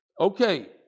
Okay